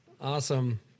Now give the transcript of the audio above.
awesome